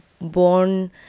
born